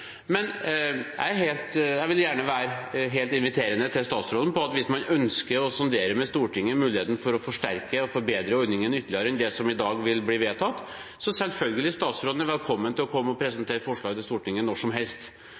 Jeg vil gjerne være helt inviterende til statsråden: Hvis man ønsker å sondere med Stortinget muligheten for å forsterke og forbedre ordningen ytterligere enn det som i dag vil bli vedtatt, er selvfølgelig statsråden velkommen til å presentere forslaget for Stortinget når som helst.